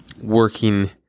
working